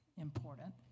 important